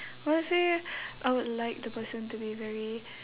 firstly I would like the person to be very